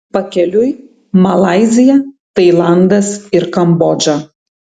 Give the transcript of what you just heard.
pakeliui malaizija tailandas ir kambodža